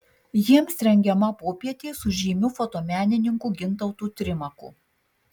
jiems rengiama popietė su žymiu fotomenininku gintautu trimaku